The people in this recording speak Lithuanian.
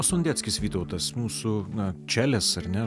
sondeckis vytautas mūsų na čelės ar ne